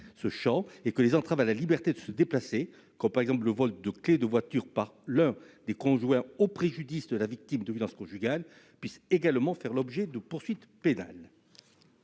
ce champ, afin que les entraves à la liberté de se déplacer, comme le vol de clés de voiture par l'un des conjoints au préjudice de la victime de violences conjugales, puissent également faire l'objet de poursuites pénales.